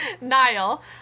Niall